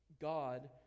God